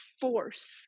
force